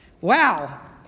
Wow